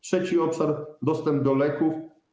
Trzeci obszar - dostęp do leków.